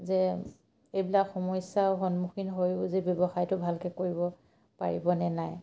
যে এইবিলাক সমস্যাও সন্মুখীন হৈও যে ব্যৱসায়টো ভালকে কৰিব পাৰিবনে নাই